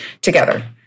together